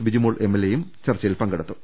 B Jimol എംഎൽഎയും ചർച്ചയിൽ പങ്കെടുത്തു